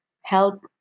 help